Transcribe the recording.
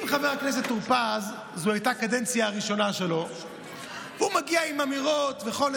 אם זו הייתה הקדנציה הראשונה של חבר הכנסת טור פז,